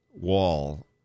wall